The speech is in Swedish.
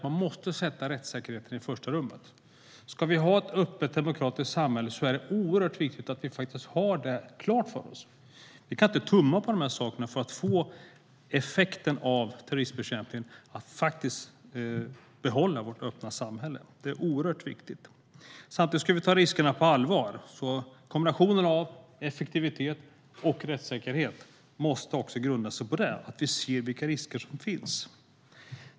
Man måste sätta rättssäkerheten i första rummet. Ska vi ha ett öppet demokratiskt samhälle är det oerhört viktigt att vi har detta klart för oss. Vi kan inte tumma på de sakerna i terroristbekämpningen för att kunna behålla vårt öppna samhälle. Samtidigt ska vi ta riskerna på allvar. Kombinationen av effektivitet och rättssäkerhet måste grundas på att vi ser vilka risker som finns.